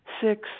Six